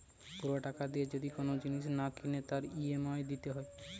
পুরা টাকা দিয়ে যদি কোন জিনিস না কিনে তার ই.এম.আই দিতে হয়